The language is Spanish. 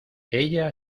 ella